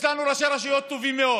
יש לנו ראשי רשויות טובים מאוד.